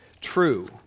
true